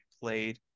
played